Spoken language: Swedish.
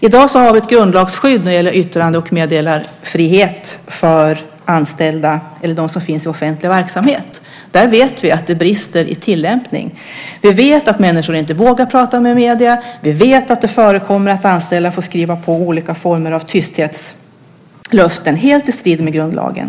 I dag har vi ett grundlagsskydd när det gäller yttrande och meddelarfrihet för anställda och andra i offentlig verksamhet. Där vet vi att det brister i tillämpning. Vi vet att människor inte vågar prata med medierna. Vi vet att det förekommer att anställda får skriva på olika former av tysthetslöften, helt i strid med grundlagen.